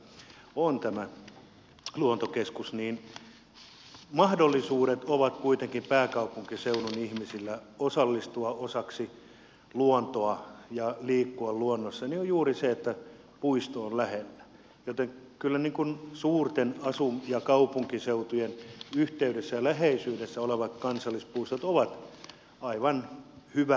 mutta mahdollisuudet ovat kuitenkin pääkaupunkiseudun ihmisillä osallistua olla osana luontoa ja liikkua luonnossa juuri siksi että puisto on lähellä joten kyllä suurten asuin ja kaupunkiseutujen yhteydessä ja läheisyydessä olevat kansallispuistot ovat aivan hyvä ratkaisu siihen